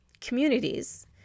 communities